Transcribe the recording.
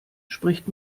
spricht